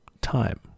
time